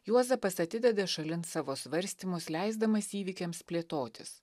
juozapas atideda šalin savo svarstymus leisdamas įvykiams plėtotis